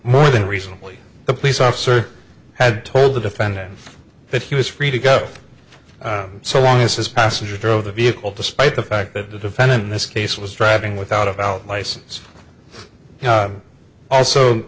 more than reasonably the police officer had told the defendant that he was free to go so long as his passenger drove the vehicle despite the fact that the defendant in this case was driving without a valid license also